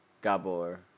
Gabor